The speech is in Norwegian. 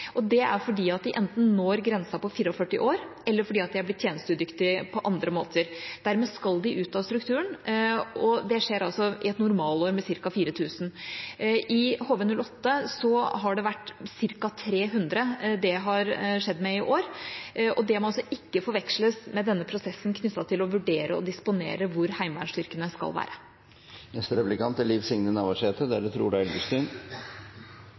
Det er enten fordi de når grensen på 44 år eller fordi de har blitt tjenesteudyktige på andre måter, og dermed skal de ut av strukturen. Det skjer med ca. 4 000 i et normalår. I HV-08 har det skjedd med ca. 300 i år. Det må ikke forveksles med prosessen knyttet til å vurdere og disponere hvor heimevernsstyrkene skal være. Det er